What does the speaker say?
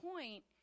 point